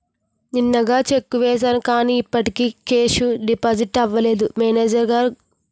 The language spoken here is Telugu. నిన్ననగా చెక్కు వేసాను కానీ ఇప్పటికి కేషు డిపాజిట్ అవలేదు మేనేజరు గారు